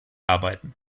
arbeiten